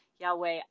Yahweh